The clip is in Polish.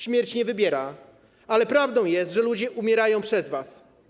Śmierć nie wybiera, ale prawdą jest, że ludzie umierają przez was.